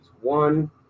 One